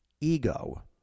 ego